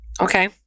Okay